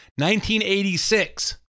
1986